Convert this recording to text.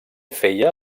feia